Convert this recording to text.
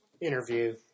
interview